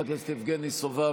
חבר הכנסת יבגני סובה,